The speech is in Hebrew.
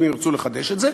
אם ירצו לחדש את זה.